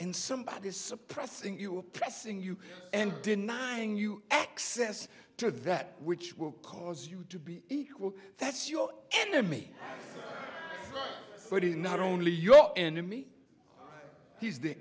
and somebody is suppressing you oppressing you and denying you access to that which will cause you to be equal that's your enemy for he not only your enemy he's the